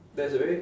there's a very